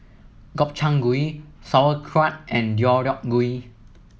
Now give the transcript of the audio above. Gobchang Gui Sauerkraut and Deodeok Gui